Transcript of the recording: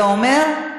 זה אומר,